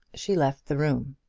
she left the room.